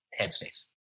headspace